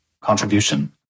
contribution